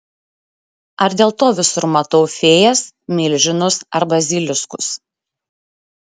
ar dėl to visur matau fėjas milžinus ar baziliskus